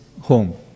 home